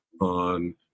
on